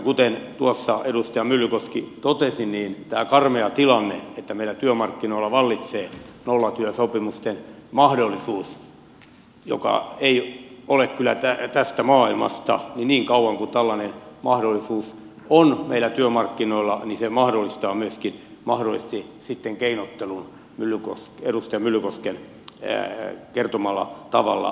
kuten tuossa edustaja myllykoski totesi tämän karmean tilanteen että meillä työmarkkinoilla vallitsee nollatyösopimusten mahdollisuus joka ei ole kyllä tästä maailmasta niin niin kauan kuin tällainen mahdollisuus on meillä työmarkkinoilla niin se mahdollistaa mahdollisesti myöskin sitten keinottelun edustaja myllykosken kertomalla tavalla